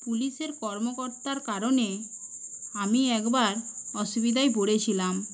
পুলিশের কর্মকর্তার কারণে আমি একবার অসুবিধায় পড়েছিলাম